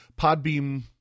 Podbeam